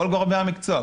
כל גורמי המקצוע,